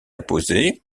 apposé